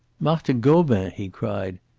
marthe gobin! he cried.